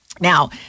Now